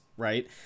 right